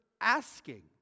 asking